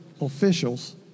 officials